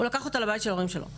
הוא לקח אותה לבית של ההורים שלו.